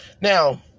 now